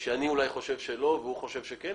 אני אולי חושב שלא והוא חושב שכן,